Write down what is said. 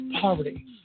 poverty